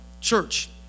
church